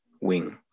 wing